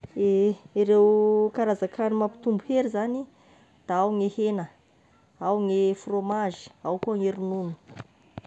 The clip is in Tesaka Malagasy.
Ehe ireo karazan-kanigny mampitombo hery zagny, da ao ny hena, ao ny frômazy, ao koa ny ronono.